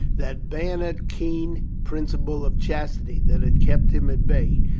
that bayonet-keen principle of chastity that had kept him at bay,